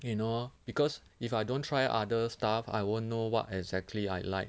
you know because if I don't try other stuff I won't know what exactly I like